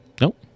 Nope